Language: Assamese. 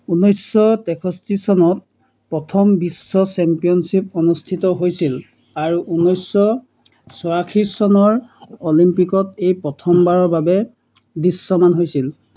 উনৈশ তেষষ্ঠি চনত প্ৰথম বিশ্ব চেম্পিয়নশ্বিপ অনুষ্ঠিত হৈছিল আৰু উনৈশ চৌৰাশী চনৰ অলিম্পিকত এই প্ৰথমবাৰৰ বাবে দৃশ্যমান হৈছিল